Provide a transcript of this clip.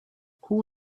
who